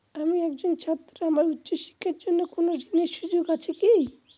আমি একজন ছাত্র আমার উচ্চ শিক্ষার জন্য কোন ঋণের সুযোগ আছে?